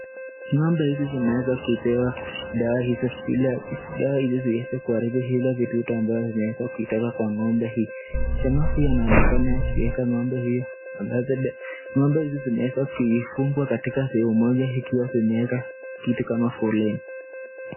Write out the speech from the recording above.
ngombe hizi zinaweza kuipewa dawa hizo ili iweze kuharibu zile vidudu ambayo inaweza kutoka kwa ngombe hii, jama huyu anaonekana akiweka ngombe huyu ameze dawa. Ngombe hizi zimeweza kufungwa katika sehemu moja ikiwa zimeweka kitu kama foleni.